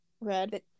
Red